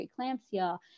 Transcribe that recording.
preeclampsia